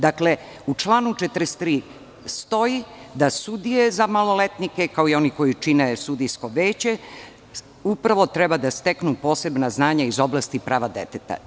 Dakle, u članu 43. stoji da sudije za maloletnike kao i oni koji čine sudijsko veće upravo treba da steknu posebna znanja iz oblasti prava deteta.